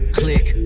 click